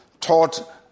taught